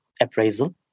appraisal